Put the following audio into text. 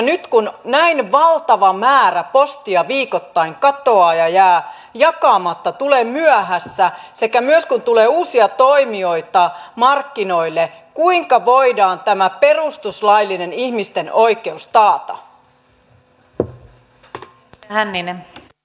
nyt kun näin valtava määrä postia viikoittain katoaa ja jää jakamatta tulee myöhässä sekä myös kun tulee uusia toimijoita markkinoille kuinka voidaan tämä perustuslaillinen ihmisten oikeus taata